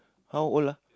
how old ah